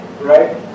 right